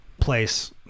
place